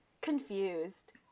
confused